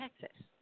Texas